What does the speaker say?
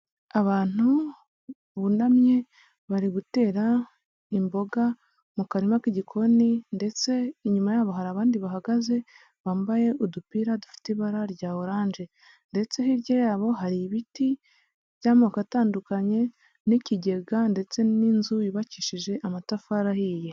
Abantu bunamye, bari gutera imboga mu karima k'igikoni ndetse inyuma yabo hari abandi bahagaze bambaye udupira dufite ibara rya oranje, ndetse hirya yabo hari ibiti by'amoko atandukanye, n'ikigega ndetse n'inzu yubakishije amatafari ahiye.